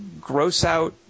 gross-out